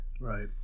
Right